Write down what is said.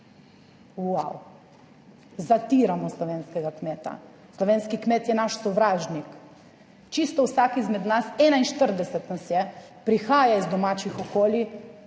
Uau, zatiramo slovenskega kmeta, slovenski kmet je naš sovražnik, čisto vsak izmed nas, 41 nas je, prihaja iz domačih okolij,